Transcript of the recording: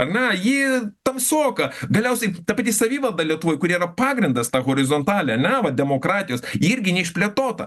ar ne ji tamsoka galiausiai ta pati savivalda lietuvoj kuri yra pagrindas ta horizontalė ane va demokratijos ji irgi neišplėtota